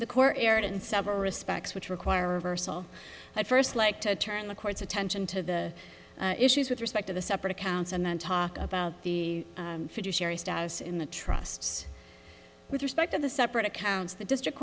the core aerate in several respects which require reversal at first like to turn the court's attention to the issues with respect to the separate accounts and then talk about the fiduciary status in the trusts with respect to the separate accounts the district